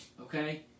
okay